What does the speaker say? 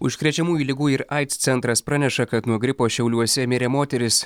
užkrečiamųjų ligų ir aids centras praneša kad nuo gripo šiauliuose mirė moteris